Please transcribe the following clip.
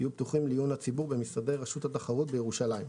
יהיו פתוחים לעיון הציבור במשרדי רשות התחרות בירושלים".